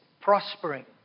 prospering